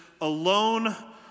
alone